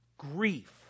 grief